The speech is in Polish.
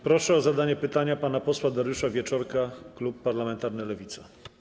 Proszę o zadanie pytania pana posła Dariusza Wieczorka, klub parlamentarny Lewica.